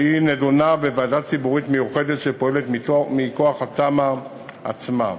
והיא נדונה בוועדה ציבורית מיוחדת שפועלת מכוח התמ"א עצמה.